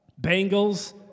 Bengals